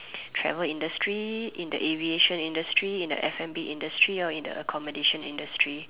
travel industry in the aviation industry in the F&B industry or in the accommodation industry